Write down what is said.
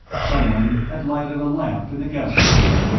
someone had lighted a lamp in the guest house.